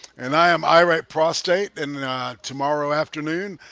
and i am i right prostate and tomorrow afternoon.